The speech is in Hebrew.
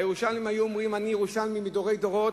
הירושלמים היו אומרים: אני ירושלמי מדורי דורות.